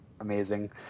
Amazing